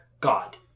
God